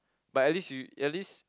but at least you at least